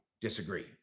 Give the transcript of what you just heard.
disagree